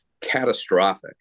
catastrophic